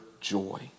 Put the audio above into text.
joy